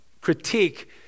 critique